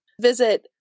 Visit